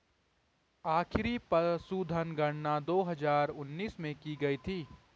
आखिरी पशुधन गणना दो हजार उन्नीस में की गयी थी